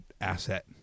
asset